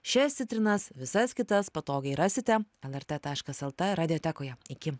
šias citrinas visas kitas patogiai rasite lrt taškas lt radiotekoje iki